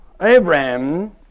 Abraham